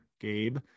gabe